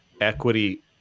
equity